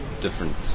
different